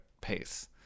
pace